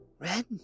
Red